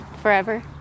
Forever